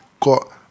got